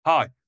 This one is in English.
Hi